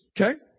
okay